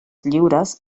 lliures